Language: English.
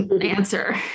answer